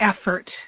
effort